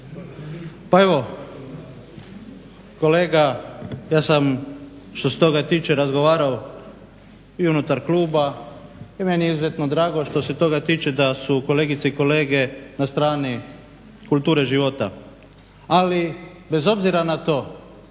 Pa evo kolega, ja sam što se toga tiče razgovarao i unutar kluba i meni je izuzetno drago što se toga tiče da su kolegice i kolege na strani kulture života. Ali bez obzira na to